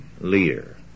leader